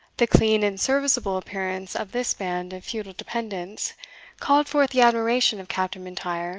the clean and serviceable appearance of this band of feudal dependants called forth the admiration of captain m'intyre